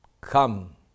Come